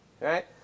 right